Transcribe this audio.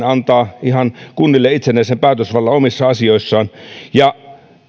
antaa kunnille ihan itsenäisen päätösvallan omissa asioissaan ja